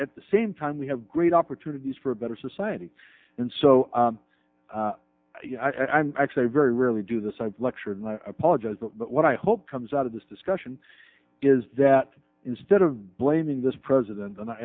at the same time we have great opportunities for a better society and so i'm actually very rarely do this i lecture and i apologize but what i hope comes out of this discussion is that instead of blaming this president and